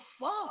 fuck